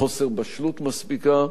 חוסר בשלות מספיקה.